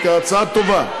ההצעה טובה.